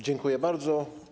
Dziękuję bardzo.